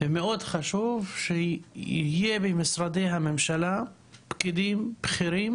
ומאד חשוב, שיהיו במשרדי הממשלה פקידים בכירים